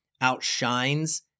outshines